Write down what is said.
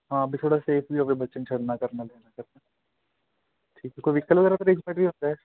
ਹਾਂ ਵੀ ਥੋੜ੍ਹਾ ਸੇਫ ਵੀ ਹੋਵੇ ਵੀ ਬੱਚੇ ਨੂੰ ਛੱਡਣਾ ਕਰਨਾ ਲੈਣਾ ਕਰਨਾ ਠੀਕ ਹੈ ਕੋਈ ਵਹੀਕਲ ਵਗੈਰਾ ਦਾ ਅਰੇਂਜਮੈਂਟ ਵੀ ਹੁੰਦਾ